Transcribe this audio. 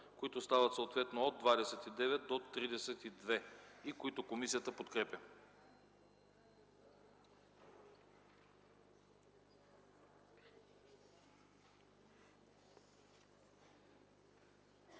които стават съответно § 15 и § 16, които комисията подкрепя.